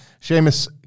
Sheamus